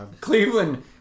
Cleveland